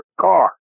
car